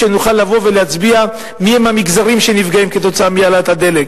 שנוכל לבוא ולהצביע מיהם המגזרים שנפגעים מהעלאת מחיר הדלק,